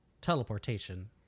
Teleportation